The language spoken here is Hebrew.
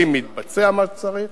האם מתבצע מה שצריך